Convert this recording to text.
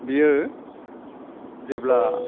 बेयो जेब्ला